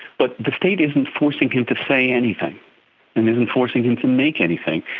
but the state isn't forcing him to say anything and isn't forcing him to make anything.